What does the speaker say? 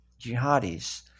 jihadis